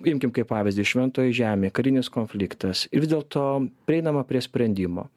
imkim kaip pavyzdį šventoji žemė karinis konfliktas ir vis dėlto prieinama prie sprendimo